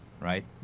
right